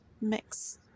mix